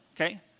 Okay